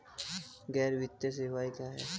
गैर वित्तीय सेवाएं क्या हैं?